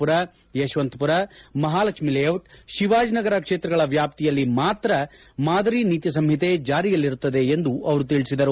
ಪುರ ಯಶವಂತಪುರ ಮಹಾಲಕ್ಷ್ಮೀ ಲೇಬಿಟ್ ಶಿವಾಜಿನಗರ ಕ್ಷೇತ್ರಗಳ ವ್ಯಾಪ್ತಿಯಲ್ಲಿ ಮಾತ್ರ ಮಾದರಿ ನೀತಿ ಸಂಹಿತೆ ಜಾರಿಯಲ್ಲಿರುತ್ತದೆ ಎಂದು ಅವರು ಹೇಳಿದರು